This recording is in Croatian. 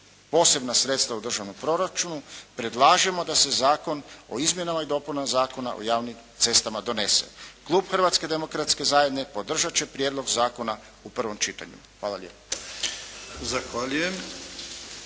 posebna sredstva u državnom proračunu. Predlažemo da se Zakon o izmjenama i dopunama Zakona o javnim cestama donese. Klub Hrvatske demokratske zajednice podržat će prijedlog zakona u prvom čitanju. Hvala lijepa.